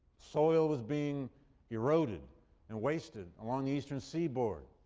soil was being eroded and wasted along the eastern seaboard,